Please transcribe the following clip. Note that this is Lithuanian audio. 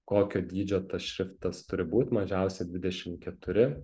kokio dydžio tas šriftas turi būt mažiausiai dvidešim keturi